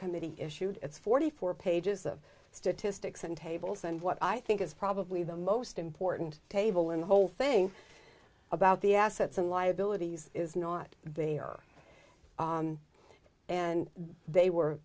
committee issued it's forty four pages of statistics and tables and what i think is probably the most important table in the whole thing about the assets and liabilities is not they are and they were